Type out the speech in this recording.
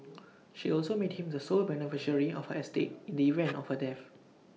she also made him the sole beneficiary of her estate in the event of her death